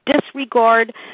disregard